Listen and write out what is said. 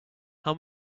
how